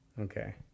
okay